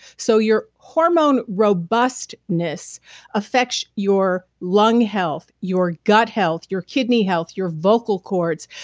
so your hormone robustness affects your lung health, your gut health, your kidney health, your vocal chords,